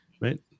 Right